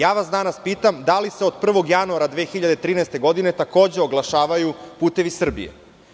Danas vas pitam – da li se od 1. januara 2013. godine takođe oglašavaju "Putevi Srbije"